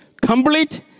complete